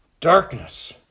darkness